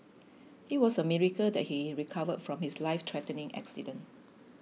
it was a miracle that he recovered from his lifethreatening accident